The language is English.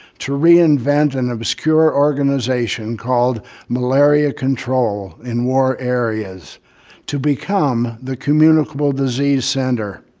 to reinvent an obscure organization called malaria control in war areas to become the communicable disease center.